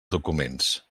documents